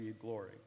glory